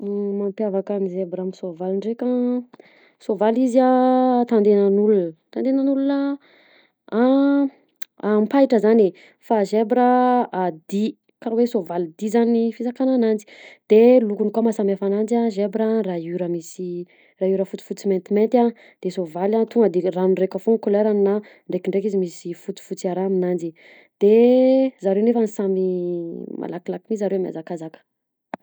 Mampiavaka zebra amin'ny soavaly nndreka soavaly izy a tandenan'olona tandenan'olona ampahitra zany e fa zebra a dia karaha hoe soavaly dia zany fizakana ananjy de lokony koa maha samihafa anazy zebra rayure misy rayure fotsifotsy maintimainty a de soavaly a tonga de le rano raika foagna couleur-any na ndrekidreky izy misy fotsifotsy ara aminanjy de zareo nefa samy malakilaky be zareo miazakazaka.